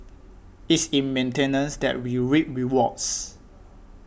it's in maintenance that we reap rewards